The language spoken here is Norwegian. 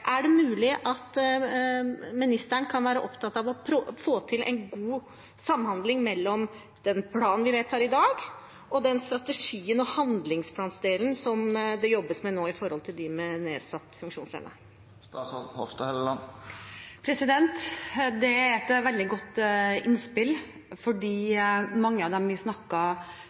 Er det mulig at ministeren kan være opptatt av å få til en god samhandling mellom den planen vi vedtar i dag, og den strategien og handlingsplandelen for dem med nedsatt funksjonsevne som det jobbes med nå? Det er et veldig godt innspill. Veldig mange av dem vi